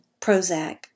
Prozac